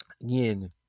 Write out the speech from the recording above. Again